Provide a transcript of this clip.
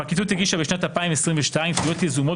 הפרקליטות הגישה בשנת 2022 תביעות יזומות